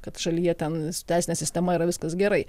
kad šalyje ten teisine sistema yra viskas gerai